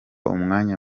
umwanya